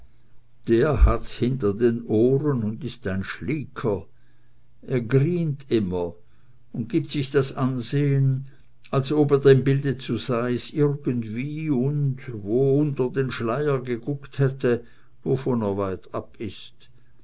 der hat's hinter den ohren und ist ein schlieker er grient immer und gibt sich das ansehen als ob er dem bilde zu sais irgendwie und wo unter den schleier geguckt hätte wovon er weitab ist